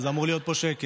אז אמור להיות פה שקט.